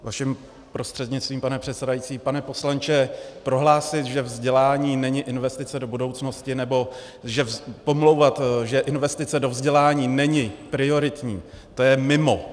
Vaším prostřednictvím, pane předsedající, pane poslanče, prohlásit, že vzdělání není investice do budoucnosti, nebo pomlouvat, že investice do vzdělání není prioritní, to je mimo.